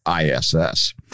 ISS